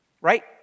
right